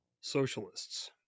socialists